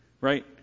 right